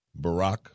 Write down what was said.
Barack